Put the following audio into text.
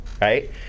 right